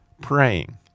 praying